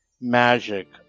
magic